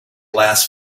last